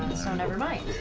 so never mind.